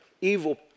evil